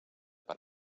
per